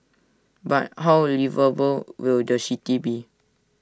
but how liveable will the city be